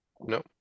No